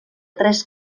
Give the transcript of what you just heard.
tres